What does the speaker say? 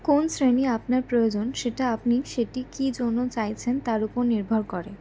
কোন শ্রেণী আপনার প্রয়োজন সেটা আপনি সেটি কী জন্য চাইছেন তার উপর নির্ভর করে